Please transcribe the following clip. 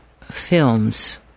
films